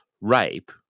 rape